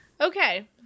Okay